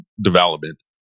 development